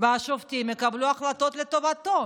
והשופטים יקבלו החלטות לטובתו,